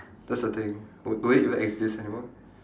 that's the thing would would it even exist anymore